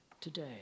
today